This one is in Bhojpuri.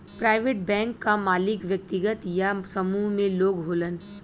प्राइवेट बैंक क मालिक व्यक्तिगत या समूह में लोग होलन